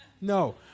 No